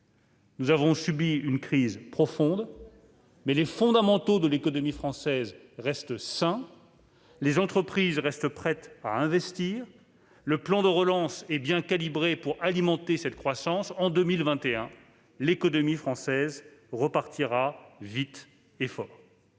Nous avons subi une crise profonde, mais les fondamentaux de notre économie restent sains. Les entreprises restent prêtes à investir. Le plan de relance est bien calibré pour alimenter la croissance. Je le répète : en 2021, l'économie française repartira vite et fort.